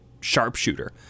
sharpshooter